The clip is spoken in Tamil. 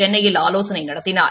சென்னையில் ஆலோசனை நடத்தினார்